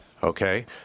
Okay